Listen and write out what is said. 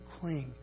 cling